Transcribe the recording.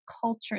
culture